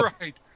Right